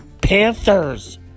Panthers